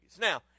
Now